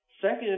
Second